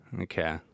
Okay